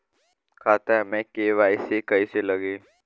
खाता में के.वाइ.सी कइसे लगी?